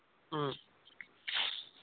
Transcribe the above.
ꯎꯝ